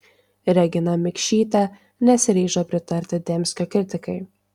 regina mikšytė nesiryžo pritarti dembskio kritikai